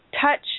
touch